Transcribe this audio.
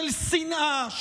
של שנאה,